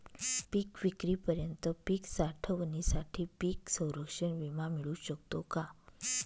पिकविक्रीपर्यंत पीक साठवणीसाठी पीक संरक्षण विमा मिळू शकतो का?